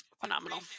Phenomenal